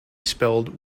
spelled